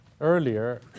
earlier